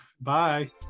Bye